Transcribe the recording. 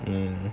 mmhmm